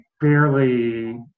fairly